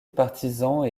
partisans